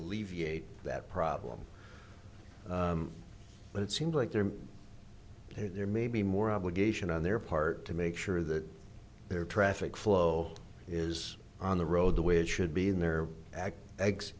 alleviate that problem but it seems like there there may be more obligation on their part to make sure that their traffic flow is on the road the way it should be in their act leg